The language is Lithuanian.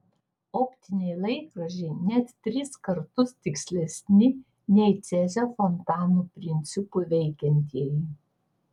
optiniai laikrodžiai net tris kartus tikslesni nei cezio fontanų principu veikiantieji